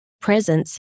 presence